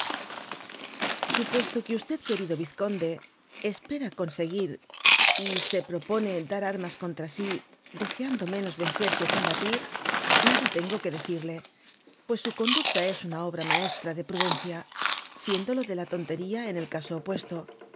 oüpuesto que querido vizconde espera congíúr y se propone dar armas contra si deseando menos vencer que combatir nada tengo que decirle pues su conducta es una obra maestra de prudencia siéndolo de la tontería en el casoopuesto